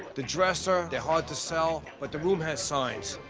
the dresser, they're hard to sell, but the room has signs.